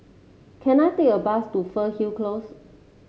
can I take a bus to Fernhill Close